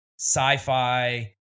sci-fi